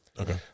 Okay